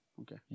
Okay